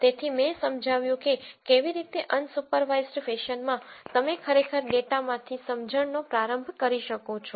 તેથી મેં સમજાવ્યું કે કેવી રીતે અનસુપરવાઇસ્ડ ફેશનમાં તમે ખરેખર ડેટામાંથી સમજણનો પ્રારંભ કરી શકો છો